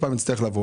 לא התניתי.